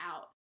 out